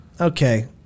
Okay